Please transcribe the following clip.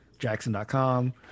jackson.com